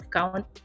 count